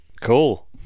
Cool